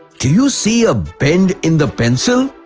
do you see a bend in the pencil?